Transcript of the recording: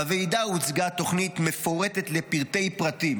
בוועידה הוצגה תוכנית מפורטת לפרטי-פרטים